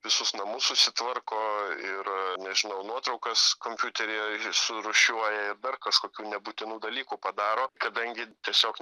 visus namus susitvarko ir nežinau nuotraukas kompiuteryje surūšiuoja ir dar kažkokių nebūtinų dalykų padaro kadangi tiesiog